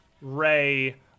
ray